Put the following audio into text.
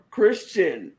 Christian